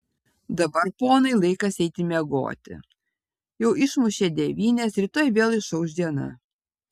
dabar ponai laikas eiti miegoti jau išmušė devynias rytoj vėl išauš diena